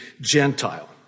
Gentile